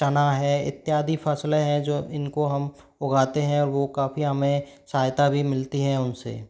चना है इत्यादि फ़सले हैं जो इनको हम उगाते हैं और वो काफ़ी हमें सहायता भी मिलती है उनसे